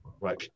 Right